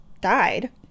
died